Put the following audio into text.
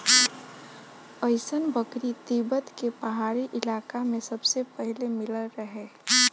अइसन बकरी तिब्बत के पहाड़ी इलाका में सबसे पहिले मिलल रहे